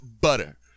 butter